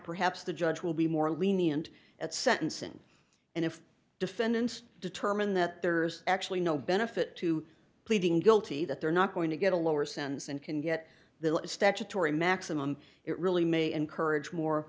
perhaps the judge will be more lenient at sentencing and if defendants determine that there's actually no benefit to pleading guilty that they're not going to get a lower sends and can get the statutory maximum it really may encourage more